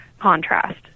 contrast